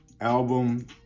album